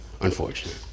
Unfortunate